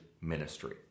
ministry